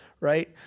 right